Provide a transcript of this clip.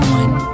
one